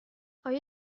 آیا